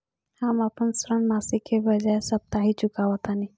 हम अपन ऋण मासिक के बजाय साप्ताहिक चुकावतानी